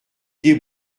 des